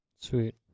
Sweet